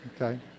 Okay